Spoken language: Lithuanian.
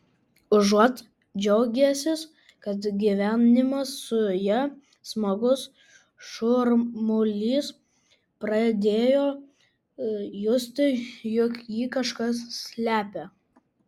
užuot džiaugęsis kad gyvenimas su ja smagus šurmulys pradėjo justi jog ji kažką slepia